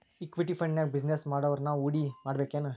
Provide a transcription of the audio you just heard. Equity ಫಂಡ್ನ್ಯಾಗ business ಮಾಡೊವ್ರನ ಹೂಡಿಮಾಡ್ಬೇಕೆನು?